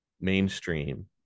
mainstream